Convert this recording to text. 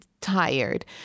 Tired